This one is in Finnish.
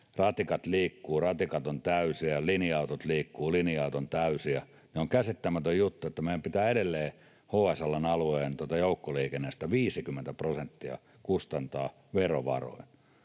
ratikat liikkuvat, ratikat ovat täysiä, ja linja-autot liikkuvat, linja-autot ovat täysiä. On käsittämätön juttu, että meidän pitää edelleen HSL:n alueen joukkoliikenteestä kustantaa verovaroin